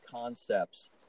concepts